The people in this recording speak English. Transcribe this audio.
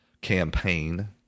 campaign